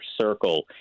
circle